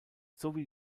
sowie